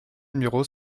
numéro